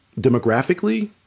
demographically